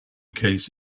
case